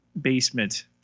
basement